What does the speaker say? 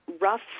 rough